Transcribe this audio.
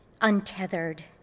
untethered